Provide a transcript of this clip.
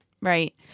right